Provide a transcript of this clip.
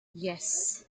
yes